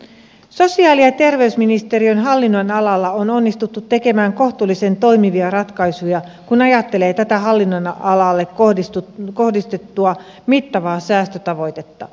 sosiaali ja terveysministeriön hallinnonalalla on onnistuttu tekemään kohtuullisen toimivia ratkaisuja kun ajattelee tätä hallinnonalalle kohdistettua mittavaa säästötavoitetta